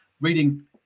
reading